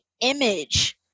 image